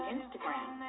Instagram